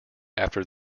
after